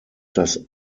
das